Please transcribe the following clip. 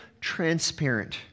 transparent